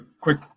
quick